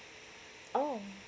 oh